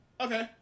Okay